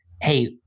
hey